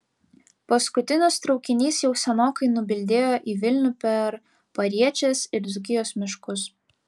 paskutinis traukinys jau senokai nubildėjo į vilnių per pariečės ir dzūkijos miškus